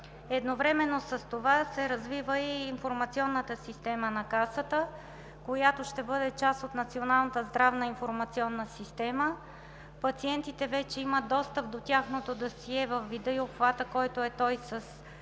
Едновременно с това се развива и информационната система на Касата, която ще бъде част от Националната здравна информационна система. Пациентите вече имат достъп до тяхното досие във вида и обхвата, който е с